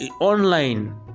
online